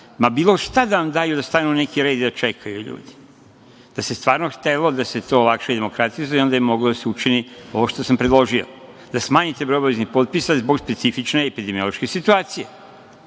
ma bilo šta da vam daju, da stanu u neki red i da čekaju ljudi. Da se stvarno htelo da se to olakša i demokratizuje, onda je moglo da se učini ovo što sam predložio - da smanjite broj obaveznih potpisa zbog specifične epidemiološke situacije.